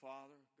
Father